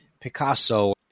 Picasso